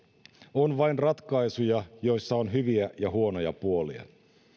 on vain ratkaisuja joissa on hyviä ja huonoja puolia